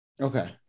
Okay